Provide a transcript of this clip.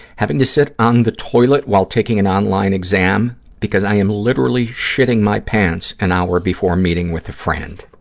having to sit on the toilet while taking an online exam exam because i am literally shitting my pants an hour before meeting with a friend.